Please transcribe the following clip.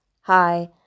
Hi